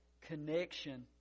connection